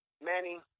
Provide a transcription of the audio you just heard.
Manny